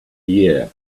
year